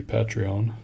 Patreon